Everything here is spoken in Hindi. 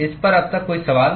इस पर अब तक कोई सवाल